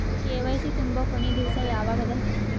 KYC ತುಂಬೊ ಕೊನಿ ದಿವಸ ಯಾವಗದ?